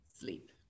sleep